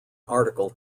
article